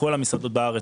כל המסעדות בארץ,